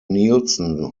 nielsen